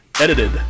Edited